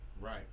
right